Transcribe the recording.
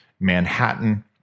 Manhattan